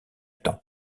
temps